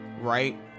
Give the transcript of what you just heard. right